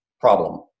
problem